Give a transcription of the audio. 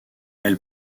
elle